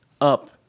up